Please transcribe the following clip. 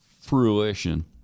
fruition